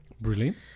Brilliant